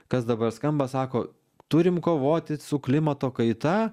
kas dabar skamba sako turim kovoti su klimato kaita